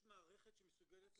יש מערכת שמסוגלת לתת את המענה.